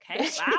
Okay